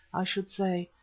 i should say,